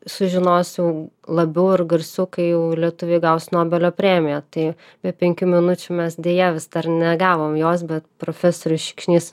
sužinos jai labiau ir garsiau kai jau lietuviai gaus nobelio premiją tai be penkių minučių mes deja vis dar negavom jos bet profesorius šikšnys